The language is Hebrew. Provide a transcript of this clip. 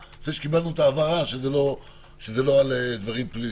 אחרי שקיבלנו את ההבהרה שזה לא על דברים פליליים.